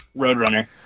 Roadrunner